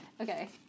Okay